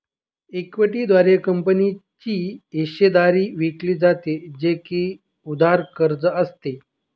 equity द्वारे कंपनीची हिस्सेदारी विकली जाते, जे की उधार कर्ज असते